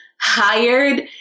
hired